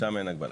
שם אין הגבלה.